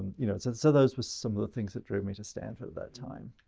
you know, so those were some of the things that drew me to stanford at that time.